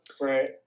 Right